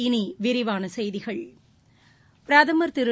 இனி விரிவான செய்திகள் பிரதம் திரு